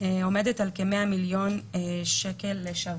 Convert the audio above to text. עומדת על כ-100 מיליון שקלים לשבוע.